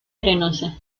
arenosa